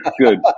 Good